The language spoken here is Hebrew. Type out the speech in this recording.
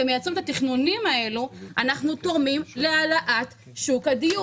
אנחנו תורמים להעלאת מחירי שוק הדיור.